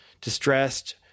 Distressed